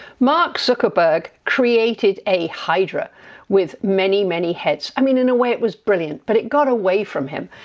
mark zuckerberg created a hydra with many many heads. i mean in a way, it was brilliant but it got away from him.